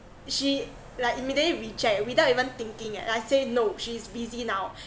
she like immediately reject without even thinking eh like say no she's busy now